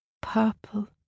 Purple